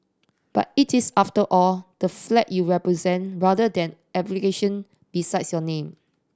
but it is after all the flag you represent rather than besides your name